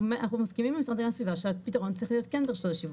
אנחנו מסכימים עם משרדי הסביבה שהפתרון צריך להיות ברשתות השיווק.